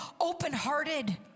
open-hearted